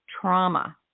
trauma